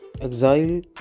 Exile